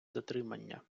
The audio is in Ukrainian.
затримання